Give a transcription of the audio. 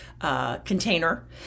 container